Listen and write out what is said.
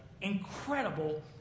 incredible